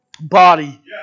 body